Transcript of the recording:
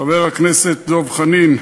חבר הכנסת דב חנין,